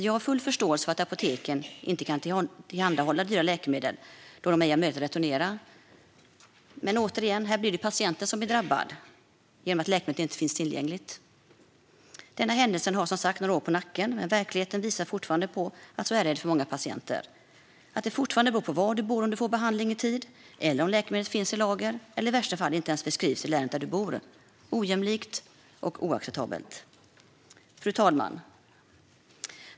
Jag har full förståelse för att apoteken inte kan tillhandahålla dyra läkemedel som de ej har möjlighet att returnera, men återigen blir det patienten som drabbas genom att läkemedlet inte finns tillgängligt. Denna händelse har som sagt några år på nacken, men verkligheten visar fortfarande på att så är det för många patienter. Det beror fortfarande på var du bor om du får behandling i tid eller om läkemedlet finns i lager eller i värsta fall inte ens förskrivs i länet där du bor. Det är ojämlikt och oacceptabelt. Fru talman!